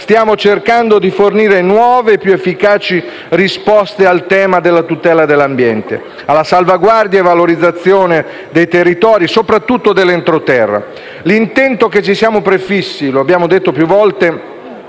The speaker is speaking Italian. stiamo cercando di fornire nuove e più efficaci risposte ai temi della tutela dell'ambiente e della salvaguardia e valorizzazione dei territori, soprattutto dell'entroterra. L'intento che ci siamo prefissi - lo abbiamo detto più volte